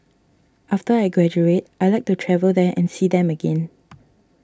after I graduate I'd like to travel there and see them again